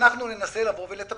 אנחנו ננסה לטפל.